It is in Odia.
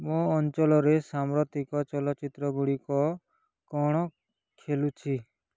ମୋ ଅଞ୍ଚଲରେ ସାମ୍ପ୍ରତିକ ଚଳଚ୍ଚିତ୍ରଗୁଡ଼ିକ କ'ଣ ଖେଲୁଛି